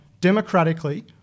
democratically